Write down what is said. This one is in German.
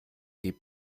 geh